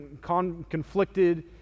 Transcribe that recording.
conflicted